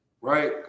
right